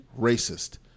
racist